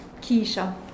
Keisha